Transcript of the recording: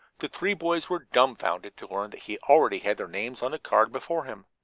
the three boys were dumbfounded to learn that he already had their names on a card before him.